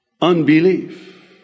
Unbelief